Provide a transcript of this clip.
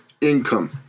Income